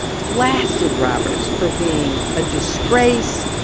blasted roberts for being a disgrace,